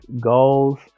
goals